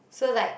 so like